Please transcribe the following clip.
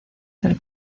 del